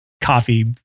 coffee